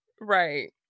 Right